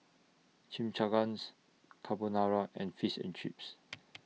Chimichangas Carbonara and Fish and Chips